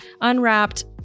unwrapped